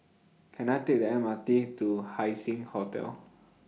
Can I Take The M R T to Haising Hotel